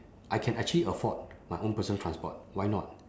I can actually afford my own personal transport why not